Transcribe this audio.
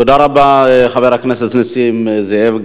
תודה רבה, חבר הכנסת נסים זאב.